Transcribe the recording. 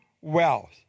wealth